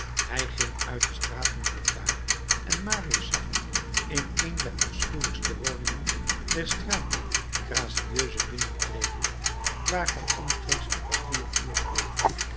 hij ging uit de straat mouffetard en marius zag hem in een der afschuwelijkste woningen der straat gracieuse binnentreden waar hij omstreeks een kwartier uurs bleef